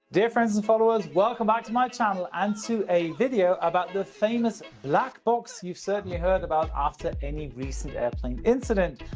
dear friends and followers, welcome back to my channel, and to a video about the famous black box you've certainly heard about after any recent airplane incident.